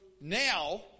now